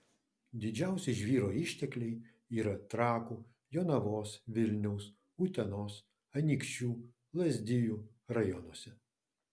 didžiausi žvyro ištekliai yra trakų jonavos vilniaus utenos anykščių lazdijų rajonuose